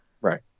right